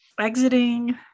exiting